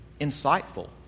insightful